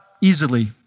easily